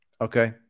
Okay